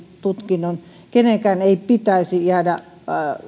tutkinnon kenenkään ei pitäisi jäädä